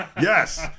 Yes